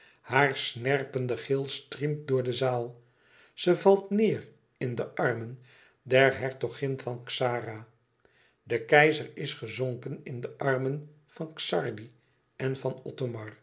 haar snerpende gil striemt door de zaal ze valt neêr in de armen der hertogin van xara de keizer is gezonken in de armen van xardi en van